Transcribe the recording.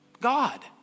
God